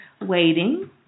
waiting